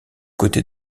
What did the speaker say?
côté